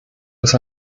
ist